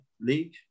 League